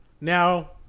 Now